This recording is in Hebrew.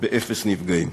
באפס נפגעים.